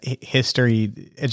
history